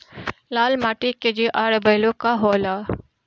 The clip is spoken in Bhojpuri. लाल माटी के जीआर बैलू का होला?